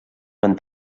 van